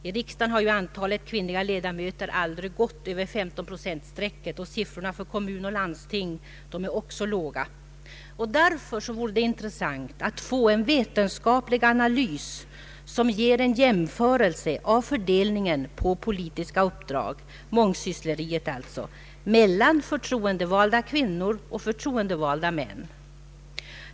I riksdagen har ju antalet kvinnliga ledamöter aldrig nått över 15-procentstrecket, och siffrorna för kommuner och landsting är också låga. Det vöre därför intressant att få en vetenskaplig analys som ger en jämförelse av fördelningen på politiska uppdrag — ”mångsyssleriet” alltså — mellan förtroendevalda kvinnor och män.